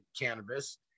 cannabis